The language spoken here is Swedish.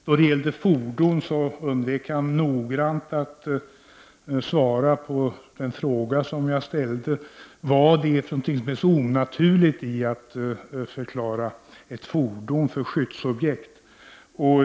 Då det gällde fordon undvek han nogsamt att svara på den fråga som jag ställde, nämligen vad det är som är så onaturligt i att förklara ett fordon för skyddsobjekt.